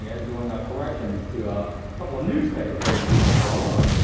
yeah he's doing ah corrections to a couple of newspaper pages he's been working on.